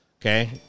Okay